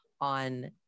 on